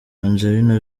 angelina